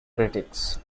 critics